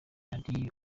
ari